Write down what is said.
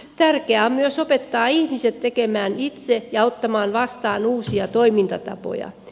tärkeää on myös opettaa ihmiset tekemään itse ja ottamaan vastaan uusia toimintatapoja